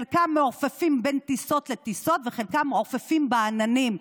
חלקם מעופפים בין טיסות לטיסות וחלקם מעופפים בעננים.